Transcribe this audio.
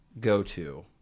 go-to